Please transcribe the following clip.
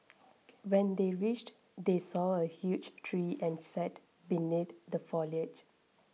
when they reached they saw a huge tree and sat beneath the foliage